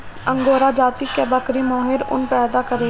angora जाति कअ बकरी मोहेर ऊन पैदा करेले